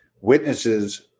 Witnesses